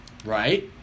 Right